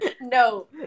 no